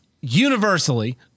universally